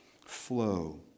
flow